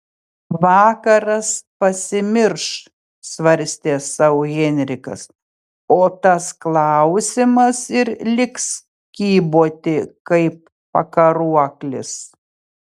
vakaras pasimirš svarstė sau henrikas o tas klausimas ir liks kyboti kaip pakaruoklis